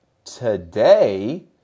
Today